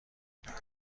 میدهند